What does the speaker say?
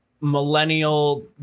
millennial